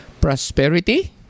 prosperity